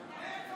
טוב.